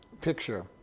picture